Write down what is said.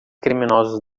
criminosos